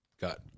got